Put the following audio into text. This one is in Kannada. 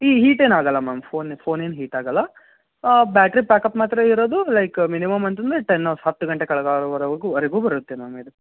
ಹಿ ಹೀಟ್ ಏನೂ ಆಗೋಲ್ಲ ಮ್ಯಾಮ್ ಫೋನ್ ಇದು ಫೋನ್ ಏನು ಹೀಟ್ ಆಗೋಲ್ಲ ಬ್ಯಾಟ್ರಿ ಪ್ಯಾಕಪ್ ಮಾತ್ರ ಇರೋದು ಲೈಕ್ ಮಿನಿಮಮ್ ಅಂದ್ರೂ ಟೆನ್ ಆಫ್ ಹತ್ತು ಗಂಟೆ ಕಳೆದಾಗುವವರೆಗು ವರೆಗು ಬರುತ್ತೆ ಮ್ಯಾಮ್ ಇದು